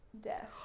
death